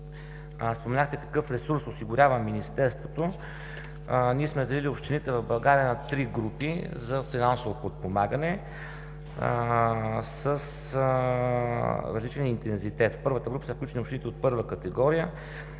Споменахте какъв ресурс осигурява Министерството, а ние сме разделили общините в България на три групи за финансово подпомагане с различен интензитет. В първата група са включени общините от първа категория,